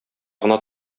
гына